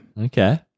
Okay